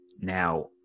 Now